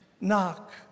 knock